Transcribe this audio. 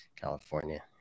California